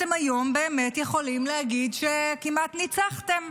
אתם היום באמת יכולים להגיד שכמעט ניצחתם.